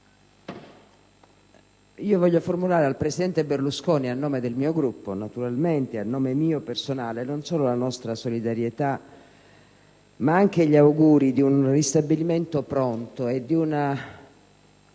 voglio formulare al presidente Berlusconi, a nome del mio Gruppo naturalmente, e a nome mio personale, non solo la nostra solidarietà ma anche gli auguri di un ristabilimento pronto e di una